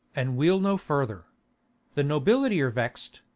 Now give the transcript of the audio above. and we'll no further the nobility are vex'd,